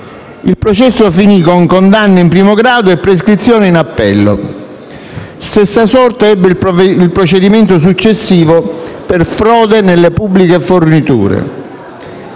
Il processo finì con condanna in primo grado e prescrizione in appello; stessa sorte ebbe il procedimento successivo, per frode nelle pubbliche forniture.